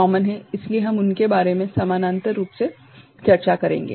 इसलिए हम उनके बारे में समानांतर रूप से चर्चा करेंगे